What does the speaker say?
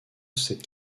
cette